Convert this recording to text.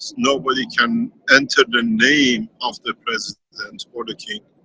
nobody can enter the name of the president and or the king.